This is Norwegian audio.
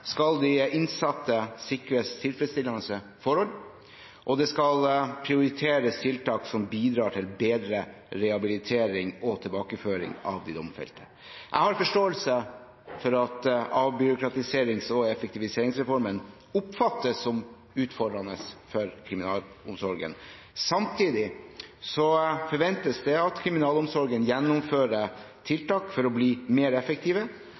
skal de innsatte sikres tilfredsstillende forhold, og det skal prioriteres tiltak som bidrar til bedre rehabilitering og tilbakeføring av de domfelte. Jeg har forståelse for at avbyråkratiserings- og effektiviseringsreformen oppfattes som utfordrende for kriminalomsorgen. Samtidig forventes det at kriminalomsorgen gjennomfører tiltak for å bli mer